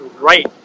right